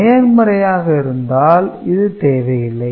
நேர்மறையாக இருந்தால் இது தேவையில்லை